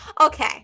okay